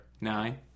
Nine